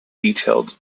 detailed